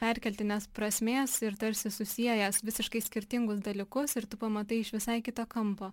perkeltinės prasmės ir tarsi susiejęs visiškai skirtingus dalykus ir tu pamatai iš visai kito kampo